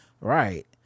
Right